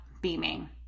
beaming